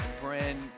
brand